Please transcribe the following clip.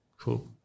cool